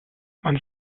man